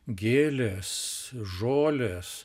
gėlės žolės